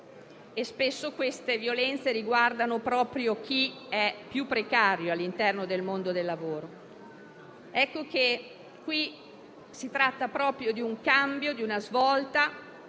spesso queste violenze riguardano proprio chi è più precario all'interno del mondo del lavoro. Si tratta di un cambio, di una svolta.